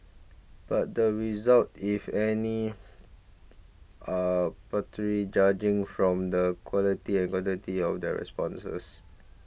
but the results if any are paltry judging from the quality and quantity of the responses